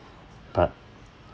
but